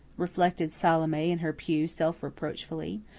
reflected salome in her pew self-reproachfully.